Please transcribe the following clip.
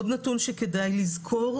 עוד נתון שכדאי לזכור,